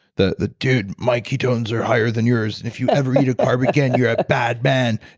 the the dude, my ketones are higher than yours. if you ever eat a carb again you're a bad man.